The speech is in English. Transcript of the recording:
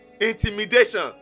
intimidation